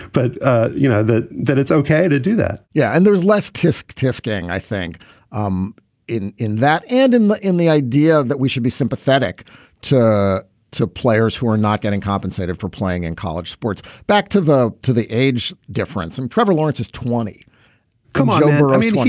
but ah you know that that it's ok to do that yeah, and there's less tisk tasking. i think um in in that and in the in the idea that we should be sympathetic to to players who are not getting compensated for playing in college sports. back to the to the age difference. and trevor lawrence is twenty point come on over. i mean,